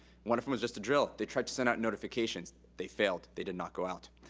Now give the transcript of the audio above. one of em was just a drill. they tried to send out notifications. they failed, they did not go out.